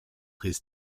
his